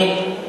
לגיטימי.